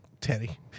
Teddy